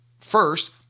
first